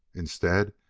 instead,